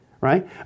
right